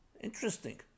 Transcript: Interesting